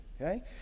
okay